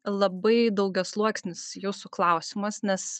labai daugiasluoksnis jūsų klausimas nes